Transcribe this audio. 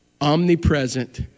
omnipresent